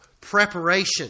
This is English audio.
preparation